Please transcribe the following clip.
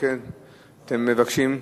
אנחנו מוכנים גם לוועדה.